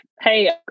Hey